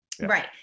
right